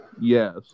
Yes